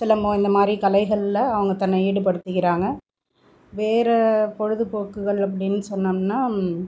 சில மு இந்தமாதிரி கலைகளில் அவங்க தன்னை ஈடுபடுத்திக்கிறாங்க வேறு பொழுதுபோக்குகள் அப்டின்னு சொன்னோம்ன்னா